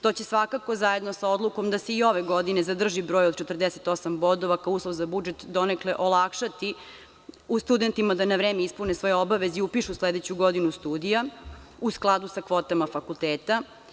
To će svakako, zajedno sa odlukom da se i ove godine zadrži broj od 48 bodova kao uslov za budžet, donekle olakšati studentima da na vreme ispune svoje obaveze i upišu sledeću godinu studija u skladu sa kvotama fakulteta.